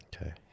Okay